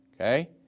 Okay